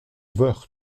woerth